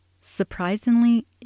surprisingly